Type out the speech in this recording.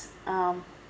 um